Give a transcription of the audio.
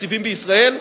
התקציבים בישראל,